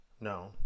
No